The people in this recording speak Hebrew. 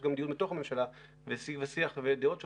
יש גם דיון בממשלה ושיג ושיח ודעות שונות,